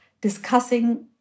discussing